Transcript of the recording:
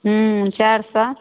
हुँ चारि सऔ